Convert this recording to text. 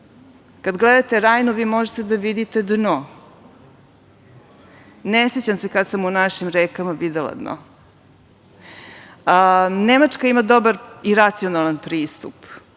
Kada gledate Rajnu, vi možete da vidite dno. Ne sećam se kada sam u našim rekama videla dno. Nemačka ima dobar i racionalan pristup